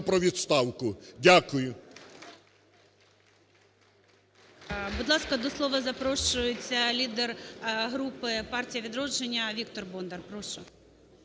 про відставку. Дякую.